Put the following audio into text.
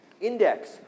index